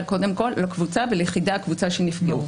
קודם כול לקבוצה וליחידי הקבוצה שנפגעו.